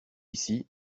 ici